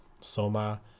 Soma